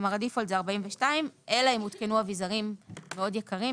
כלומר 42 חודשים אלא אם הותקנו אביזרים מאוד יקרים,